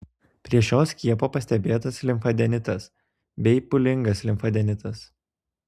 po šio skiepo pastebėtas limfadenitas bei pūlingas limfadenitas